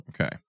Okay